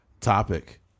topic